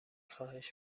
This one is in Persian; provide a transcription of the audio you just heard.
خواهش